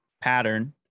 pattern